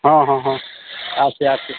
ହଁ ହଁ ହଁ ଆସେ ଆସେ